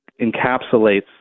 encapsulates